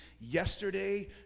yesterday